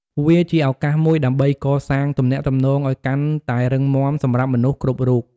វាជាឱកាសមួយដើម្បីកសាងទំនាក់ទំនងឱ្យកាន់តែរឹងមាំសម្រាប់មនុស្សគ្រប់រូប។